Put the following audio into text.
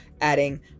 adding